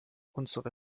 unsere